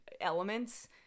elements